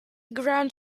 ground